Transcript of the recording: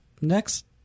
Next